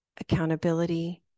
accountability